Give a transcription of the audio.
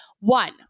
One